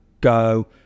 go